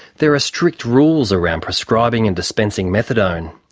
there are strict rules around prescribing and dispensing methadone.